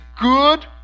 good